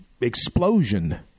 explosion